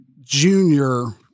Junior